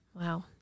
Wow